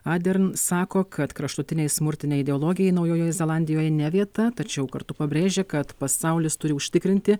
adern sako kad kraštutinei smurtinei ideologijai naujojoje zelandijoje ne vieta tačiau kartu pabrėžė kad pasaulis turi užtikrinti